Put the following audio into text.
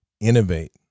Innovate